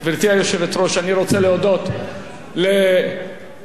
אני רוצה להודות למזכירת הוועדה,